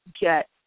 get